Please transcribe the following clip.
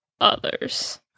others